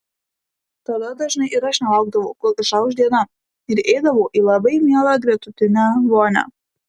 tada dažnai ir aš nelaukdavau kol išauš diena ir eidavau į labai mielą gretutinę vonią